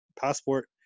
passport